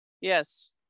Yes